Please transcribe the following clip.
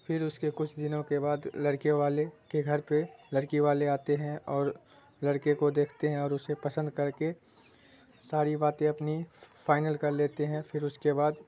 پھر اس کے کچھ دنوں کے بعد لڑکے والے کے گھر پہ لڑکی والے آتے ہیں اور لڑکے کو دیکھتے ہیں اور اسے پسند کر کے ساری باتیں اپنی فائنل کر لیتے ہیں پھر اس کے بعد